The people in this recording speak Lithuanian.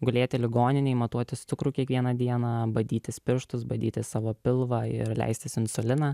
gulėti ligoninėj matuotis cukrų kiekvieną dieną badytis pirštais badyti savo pilvą ir leistis insuliną